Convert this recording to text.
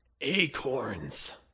acorns